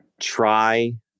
Try